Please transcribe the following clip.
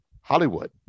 Hollywood